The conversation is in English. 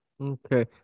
Okay